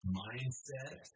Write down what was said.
mindset